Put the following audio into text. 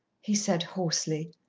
he said hoarsely.